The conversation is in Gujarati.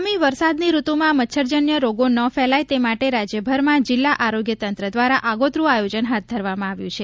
આગામી વરસાદની ઋતુમાં મચ્છરજન્ય રોગો ન ફેલાય તે માટે રાજ્યભરમાં જિલ્લા આરોગ્ય તંત્ર દ્વારા આગોતરૂ આયોજન હાથ ધરવામાં આવ્યું છે